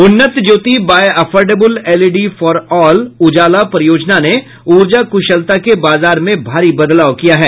उन्नत Jyoti by affordable LED for all Ujala परियोजना ने ऊर्जा कुशलता के बाजार में भारी बदलाव किया है